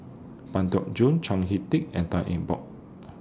Pang Teck Joon Chao Hick Tin and Tan Eng Bock